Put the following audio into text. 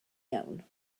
iawn